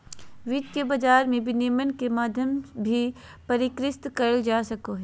वित्त के बाजार मे विनिमय के माध्यम भी परिष्कृत करल जा सको हय